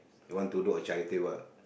you want to do a charity work